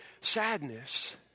sadness